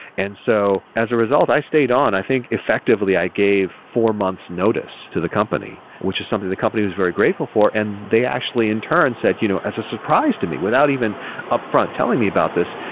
and so as a result, i stayed on. i think, effectively, i gave four months' notice to the company, which is something the company was very grateful for, and they actually in turn said you know as a surprise to me, without even upfront telling me about this.